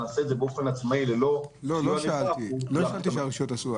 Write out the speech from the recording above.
נעשה את זה באופן עצמאי -- לא אמרתי שהרשויות יעשו.